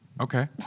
Okay